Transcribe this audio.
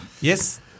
Yes